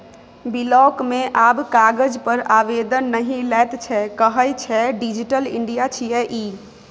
block मे आब कागज पर आवेदन नहि लैत छै कहय छै डिजिटल इंडिया छियै ई